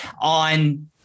on